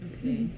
Okay